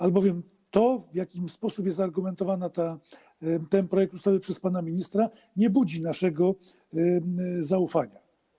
Albowiem to, w jaki sposób jest argumentowany ten projekt ustawy przez pana ministra, nie budzi naszego zaufania.